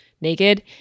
naked